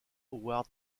howard